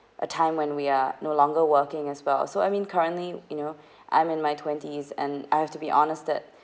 a time when we are no longer working as well so I mean currently you know I'm in my twenties and I have to be honest that